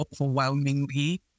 overwhelmingly